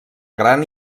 gran